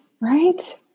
Right